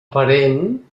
parent